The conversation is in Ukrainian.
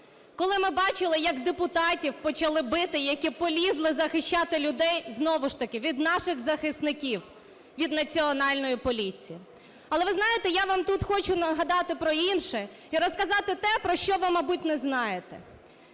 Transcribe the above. коли ми бачили як депутатів почали бити, які полізли захищати людей знову ж таки від наших захисників, від Національної поліції. Але, ви знаєте, я вам тут хочу нагадати про інше і розказати те, про що ви, мабуть, не знаєте.